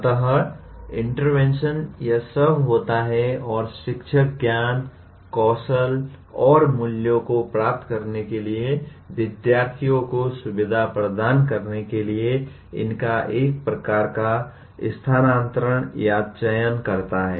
अतः इंटरवेंशन यह सब होता है और शिक्षक ज्ञान कौशल और मूल्यों को प्राप्त करने के लिए विद्यार्थी को सुविधा प्रदान करने के लिए इनका एक प्रकार का स्थानान्तरण या चयन करता है